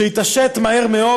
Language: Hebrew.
שהתעשת מהר מאוד,